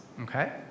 okay